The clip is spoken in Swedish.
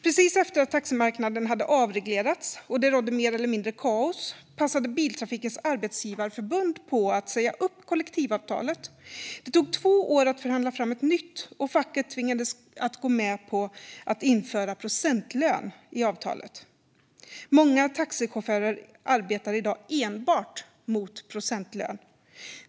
Precis efter att taximarknaden hade avreglerats och det rådde mer eller mindre kaos passade Biltrafikens Arbetsgivareförbund på att säga upp kollektivavtalet. Det tog två år att förhandla fram ett nytt, och facket tvingades att gå med på att införa procentlön i avtalet. Många taxichaufförer arbetar i dag enbart mot procentlön.